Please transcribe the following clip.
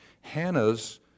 Hannah's